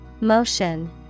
Motion